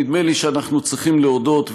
נדמה לי שאנחנו צריכים להודות,